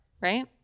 right